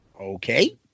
Okay